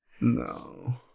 No